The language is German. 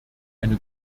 eine